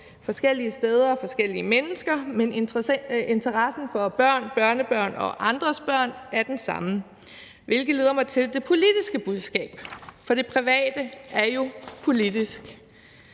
forskellige steder og forskellige mennesker, men interessen for børn, børnebørn og andres børn er den samme, hvilket leder mig til det politiske budskab, for det private er jo politisk.